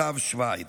כתב שביד.